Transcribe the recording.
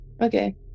Okay